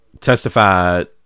testified